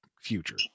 future